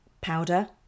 powder